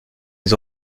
les